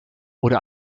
wurde